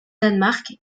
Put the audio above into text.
danemark